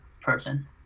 person